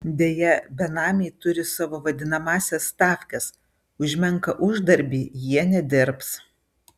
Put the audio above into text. deja benamiai turi savo vadinamąsias stavkes už menką uždarbį jie nedirbs